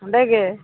ᱚᱸᱰᱮᱜᱮ